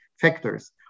factors